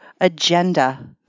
agenda